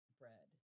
bread